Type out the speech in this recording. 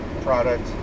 product